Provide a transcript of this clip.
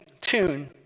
tune